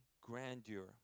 grandeur